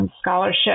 scholarship